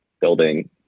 building